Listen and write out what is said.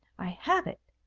i have it!